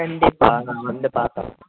கண்டிப்பாக நான் வந்து பார்க்குறேன்